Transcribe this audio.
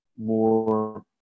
more